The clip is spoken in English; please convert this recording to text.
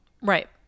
right